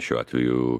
šiuo atveju